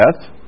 death